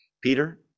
Peter